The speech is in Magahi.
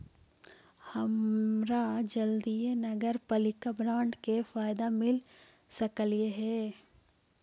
हमरा जल्दीए नगरपालिका बॉन्ड के फयदा मिल सकलई हे